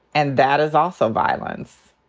and that is also violence.